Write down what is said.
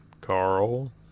Carl